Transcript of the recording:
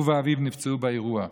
הוא ואביו נפצעו באירוע.